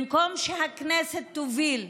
במקום שהכנסת תוביל,